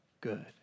good